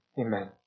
Amen